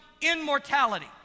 immortality